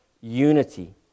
unity